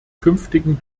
künftigen